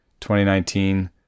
2019